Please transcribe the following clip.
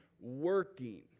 working